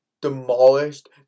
demolished